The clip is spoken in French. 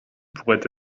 pourraient